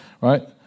right